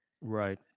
Right